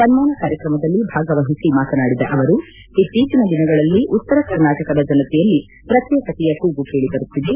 ಸನ್ನಾನ ಕಾರ್ಯಕ್ರಮದಲ್ಲಿ ಭಾಗವಹಿಸಿ ಮಾತನಾಡಿದ ಅವರು ಇತ್ತೀಚಿನ ದಿನಗಳಲ್ಲಿ ಉತ್ತರ ಕರ್ನಾಟಕದ ಜನತೆಯಲ್ಲಿ ಪ್ರತ್ಯೇಕತೆಯ ಕೂಗು ಕೇಳಬರುತ್ತಿದೆ